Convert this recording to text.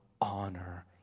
honor